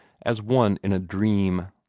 as one in a dream.